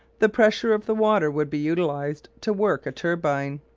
the pressure of the water would be utilised to work a turbine.